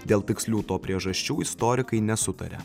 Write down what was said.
dėl tikslių to priežasčių istorikai nesutaria